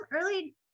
early